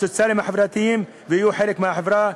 הסוציאליים, החברתיים, ויהיו חלק מהחברה.